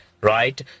Right